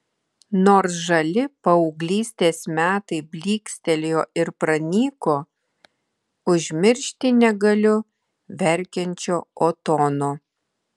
nors žali paauglystės metai blykstelėjo ir pranyko užmiršti negaliu verkiančio otono